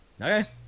Okay